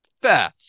Fair